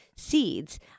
seeds